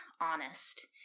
honest